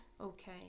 Okay